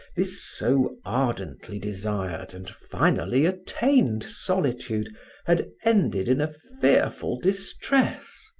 this so ardently desired and finally attained solitude had ended in a fearful distress.